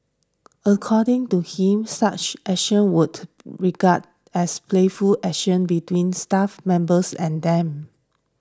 according to him such actions would regarded as playful actions between staff members and them